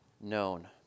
known